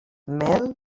mel